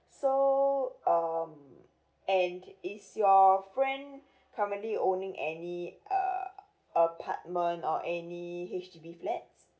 so um and is your friend currently owning any uh apartment or any H_D_B flat